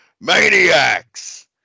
Maniacs